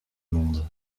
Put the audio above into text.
monde